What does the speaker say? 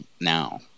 now